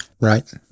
right